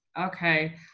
Okay